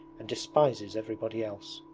and despises everybody else.